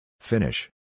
Finish